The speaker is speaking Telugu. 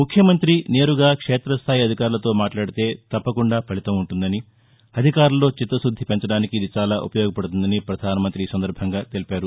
ముఖ్యమంత్రి నేరుగా క్షేతస్థాయి అధికారులతో మాట్లాదితే తప్పకుండా ఫలితం ఉంటుందని అధికారుల్లో చిత్తశుద్ది పెంచడానికి ఇది చాలా ఉపయోగపడుతుందని ప్రధానమంతి తెలిపారు